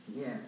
Yes